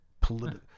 political